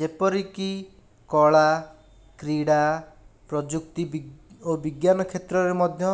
ଯେପରିକି କଳା କ୍ରିଡ଼ା ପ୍ରଯୁକ୍ତି ବିଦ୍ୟା ଓ ବିଜ୍ଞାନ କ୍ଷେତ୍ରରେ ମଧ୍ୟ